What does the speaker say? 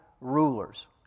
rulers